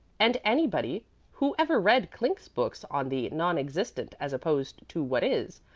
and anybody who ever read clink's books on the non-existent as opposed to what is,